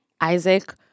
Isaac